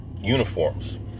uniforms